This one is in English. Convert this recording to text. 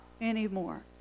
anymore